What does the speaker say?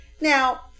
Now